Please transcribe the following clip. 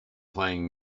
playing